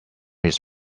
his